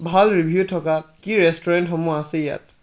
ভাল ৰিভিউ থকা কি ৰেষ্টুৰেণ্টসমূহ আছে ইয়াত